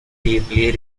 deeply